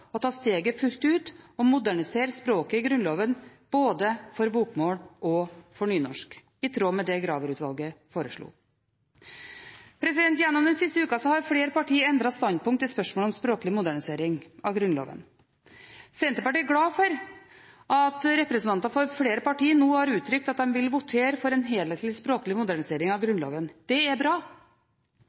ta steget fullt ut og modernisere språket i Grunnloven, både bokmål og nynorsk, i tråd med det Graver-utvalget foreslo. Gjennom den siste uka har flere partier endret standpunkt i spørsmålet om språklig modernisering av Grunnloven. Senterpartiet er glad for at representanter for flere partier nå har uttrykt at de vil votere for en helhetlig, språklig modernisering av Grunnloven. Det er bra.